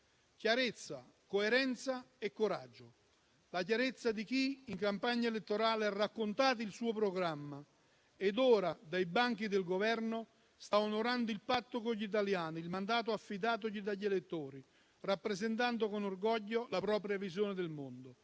chiarezza, coerenza e coraggio. La chiarezza di chi in campagna elettorale ha raccontato il suo programma e ora dai banchi del Governo sta onorando il patto con gli italiani, il mandato affidatogli dagli elettori, rappresentando con orgoglio la propria visione del mondo.